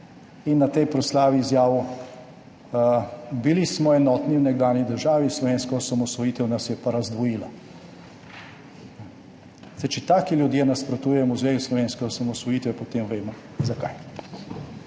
in na tej proslavi izjavil: »Bili smo enotni v nekdanji državi, slovenska osamosvojitev nas je pa razdvojila.« Če taki ljudje nasprotujejo nečemu v zvezi s slovensko osamosvojitvijo, potem vemo, zakaj.